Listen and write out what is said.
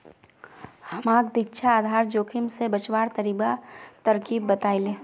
हमाक दीक्षा आधार जोखिम स बचवार तरकीब बतइ ले